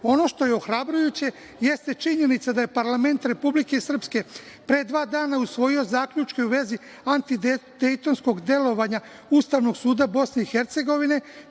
što je ohrabrujuće jeste činjenica da je parlament Republike Srpske pre dva dana usvojio zaključke u vezi antidejtonskog delovanja Ustavnog suda BiH, koji